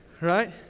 right